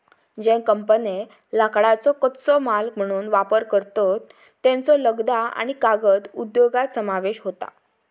ज्ये कंपन्ये लाकडाचो कच्चो माल म्हणून वापर करतत, त्येंचो लगदा आणि कागद उद्योगात समावेश होता